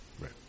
right